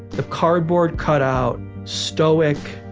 ah cardboard cutout, stoic,